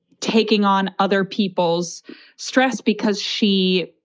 taking on other people's stress, because she,